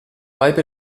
per